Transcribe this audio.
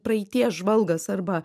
praeities žvalgas arba